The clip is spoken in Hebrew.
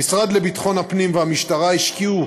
המשרד לביטחון הפנים והמשטרה השקיעו